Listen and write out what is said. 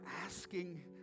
asking